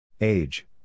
Age